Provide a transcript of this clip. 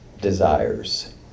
desires